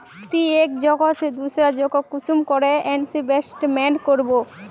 ती एक जगह से दूसरा जगह कुंसम करे इन्वेस्टमेंट करबो?